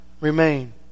remain